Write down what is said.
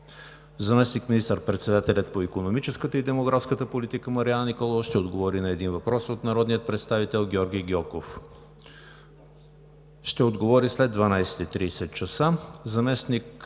Заместник министър-председателят по икономическата и демографската политика Марияна Николова ще отговори на един въпрос от народния представител Георги Гьоков. Ще отговори след 12,30 часа.